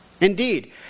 Indeed